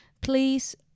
please